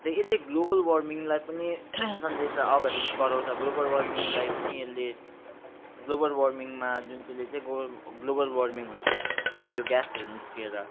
र यसले ग्लोबल वार्मिङलाई पनि सन्देशा अगाडि बढाउँछ ग्लोबल वार्मिङलाई पनि यसले ग्लोबल वार्मिङमा जुन चाहिँले चाहिँ ग्लोबल वार्मिङ हुन्छ यो ग्यासहरू निस्किएर